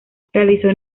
realizó